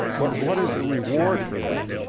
but what is the reward for that,